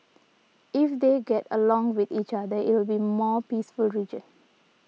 if they get along with each other it'll be a more peaceful region